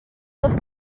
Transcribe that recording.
das